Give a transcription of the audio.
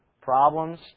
problems